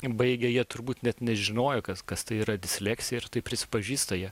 baigę jie turbūt net nežinojo kas kas tai yra disleksija ir taip prisipažįstate